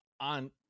on